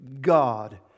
God